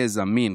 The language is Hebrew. גזע ומין",